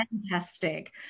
fantastic